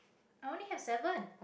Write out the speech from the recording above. i only have seven